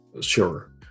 sure